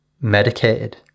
medicated